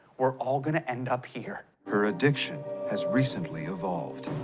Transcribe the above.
we're all gonna end up here. her addiction has recently evolved.